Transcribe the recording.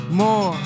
more